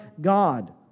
God